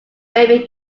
baby